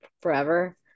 forever